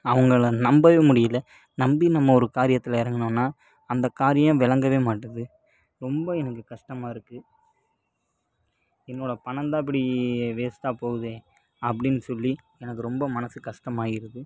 அவங்களை நம்ப முடியலை நம்பி நம்ம ஒரு காரியத்தில் இறங்குனோன்னா அந்த காரியம் விளங்க மாட்டுது ரொம்ப எனக்கு கஷ்டமா இருக்குது என்னோட பணம் தான் இப்படி வேஸ்ட்டாக போகுதே அப்படின்னு சொல்லி எனக்கு ரொம்ப மனசுக்கு கஷ்டமா இருக்குது